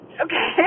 okay